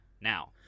now